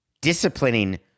disciplining